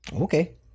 Okay